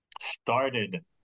started